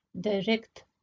direct